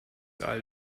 all